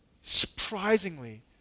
surprisingly